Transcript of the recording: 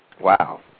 wow